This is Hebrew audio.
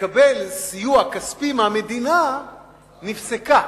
לקבל סיוע כספי מהמדינה נפסקה,